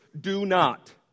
do-not